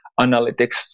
analytics